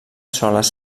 soles